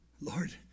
Lord